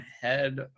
head